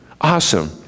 Awesome